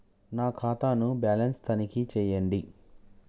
నా ఖాతా ను బ్యాలన్స్ తనిఖీ చేయండి?